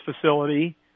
facility